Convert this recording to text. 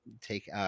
take